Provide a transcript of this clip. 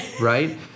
Right